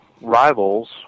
rivals